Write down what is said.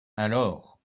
alors